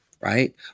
right